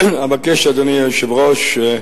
אבקש, אדוני היושב-ראש,